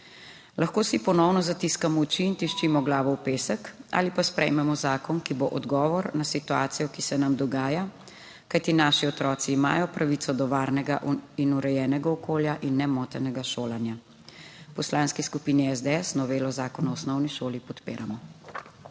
Lahko si ponovno zatiskamo oči in tiščimo glavo v pesek ali pa sprejmemo zakon, ki bo odgovor na situacijo, ki se nam dogaja, kajti naši otroci imajo pravico do varnega in urejenega okolja in nemotenega šolanja. V Poslanski skupini SDS novelo Zakona o osnovni šoli podpiramo.